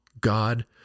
God